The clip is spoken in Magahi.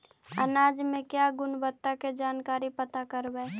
अनाज मे क्या गुणवत्ता के जानकारी पता करबाय?